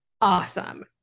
awesome